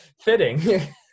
fitting